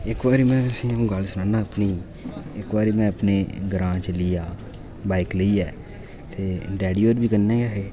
इक बारी मैं तुसेंई गल्ल सनानां अपनी इक बारी मैं अपने ग्रांऽ चली आ बाइक लेइयै ते डैडी होर बी कन्नै गै हे